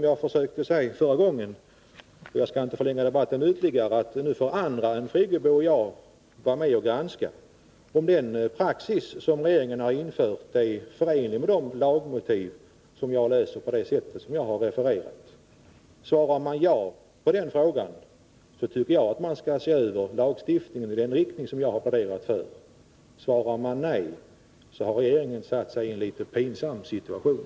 Jag försökte säga förra gången, och jag skall inte förlänga debatten ytterligare, att nu får andra än Birgit Friggebo och jag vara med och granska om den praxis som regeringen har infört är förenlig med de lagmotiv som jag läser på det sätt jag har refererat. Svarar man ja på den frågan tycker jag att lagstiftningen skall ses över i den riktning jag pläderat för. Svarar man nej, har regeringen satt sig i en litet pinsam situation.